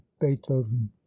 beethoven